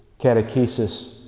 catechesis